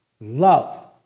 love